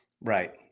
Right